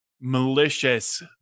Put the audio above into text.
malicious